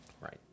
Right